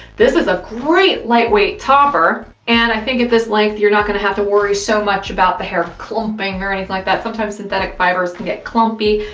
this is a great lightweight topper. and i think at this length, you're not gonna have to worry so much about the hair clumping or anything like that. sometimes synthetic fibers can get clumpy.